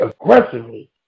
aggressively